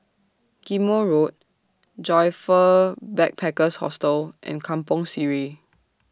Ghim Moh Road Joyfor Backpackers' Hostel and Kampong Sireh